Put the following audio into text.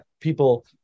people